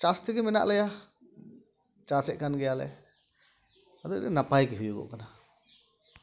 ᱪᱟᱥ ᱛᱮᱜᱮ ᱢᱮᱱᱟᱜ ᱞᱮᱭᱟ ᱪᱟᱥᱮᱜ ᱠᱟᱱ ᱜᱮᱭᱟᱞᱮ ᱱᱟᱯᱟᱭᱜᱮ ᱦᱩᱭᱩᱜᱚᱜ ᱠᱟᱱᱟ